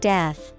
Death